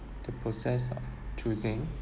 the process of choosing